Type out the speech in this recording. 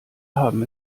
haben